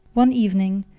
one evening,